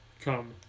Come